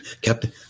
Captain